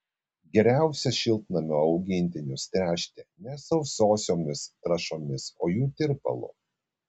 geriausia šiltnamio augintinius tręšti ne sausosiomis trąšomis o jų tirpalu